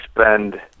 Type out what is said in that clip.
spend